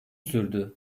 sürdü